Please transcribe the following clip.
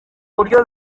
buryo